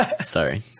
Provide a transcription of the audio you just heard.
Sorry